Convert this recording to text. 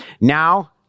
Now